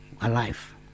alive